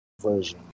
version